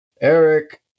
Eric